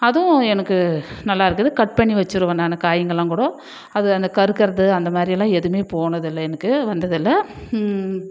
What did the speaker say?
அதுவும் எனக்கு நல்லா இருக்குது கட் பண்ணி வச்சிருவேன் நான் காய்ங்கெல்லாம் கூட அது அந்த கருக்கிறது அந்த மாதிரியெல்லாம் எதுவும் போனதில்லை எனக்கு வந்ததில்லை